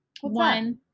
one